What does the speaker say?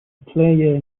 player